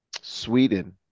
Sweden